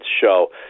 show